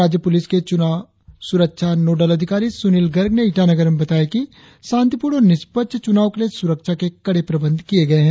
राज्य पुलिस के चुनाव सुरक्षा नोडल अधिकारी सुनील गर्ग ने ईटानगर में बताया कि शांतिपूर्ण और निष्पक्ष चुनाव के लिए सुरक्षा के कड़े प्रबंध किये गये हैं